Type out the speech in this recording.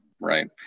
Right